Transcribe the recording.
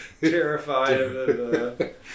terrified